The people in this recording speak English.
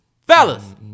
Fellas